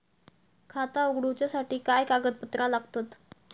खाता उगडूच्यासाठी काय कागदपत्रा लागतत?